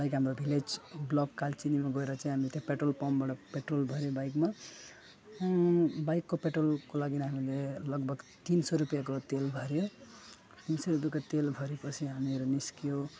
like हाम्रो village block कालचिनीमा गएर चाहिँ हामीले त्यहाँ पेट्रोल पम्पबड पेट्रोल भऱ्यो बाइकमा बाइकको पेट्रोलको लागि हामीले लगभग तिन सय रुपियाँको तेल भऱ्यो अनि चाहिँ तेल भऱ्योपछि हामीहरू निस्क्यौँ